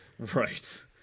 right